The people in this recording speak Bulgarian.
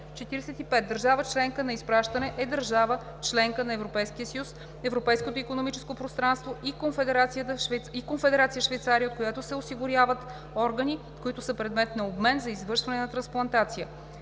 45. „Държава – членка на изпращане“ е държава – членка на Европейския съюз, Европейското икономическо пространство и Конфедерация Швейцария, от която се осигуряват органи – предмет на обмен, за извършване на трансплантация.